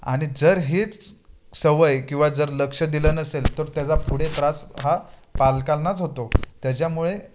आणि जर हेच सवय किंवा जर लक्ष दिलं नसेल तर त्याचा पुढे त्रास हा पालकांनाच होतो त्याच्यामुळे